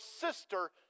sister